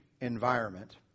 environment